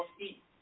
eat